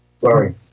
Sorry